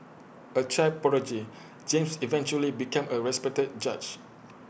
A child prodigy James eventually became A respected judge